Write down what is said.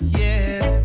yes